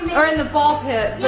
or, in the ball pit.